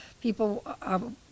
people